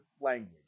language